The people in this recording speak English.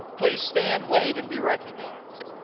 please stand, wave, and be recognized.